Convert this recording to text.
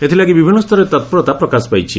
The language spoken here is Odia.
ଏଥିଲାଗି ବିଭିନ୍ନ ସ୍ତରରେ ତପ୍ରତା ପ୍ରକାଶ ପାଇଛି